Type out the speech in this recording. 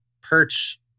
perch